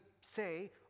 say